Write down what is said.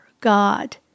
God